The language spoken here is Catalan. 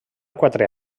quatre